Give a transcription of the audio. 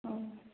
औ